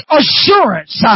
assurance